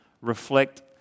reflect